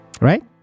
right